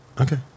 Okay